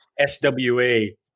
SWA